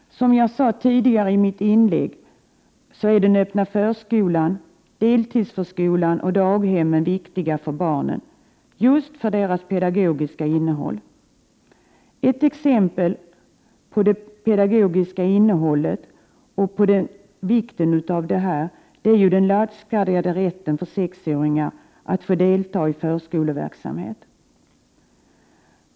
| Som jag sade tidigare i mitt inlägg är den öppna förskolan, deltidsförskolan och daghemmen viktiga för barnen just till följd av dess pedagogiska innehåll. Ett exempel på just detta är den lagstadgade rätten för sexåringar | att delta i förskoleverksamhet.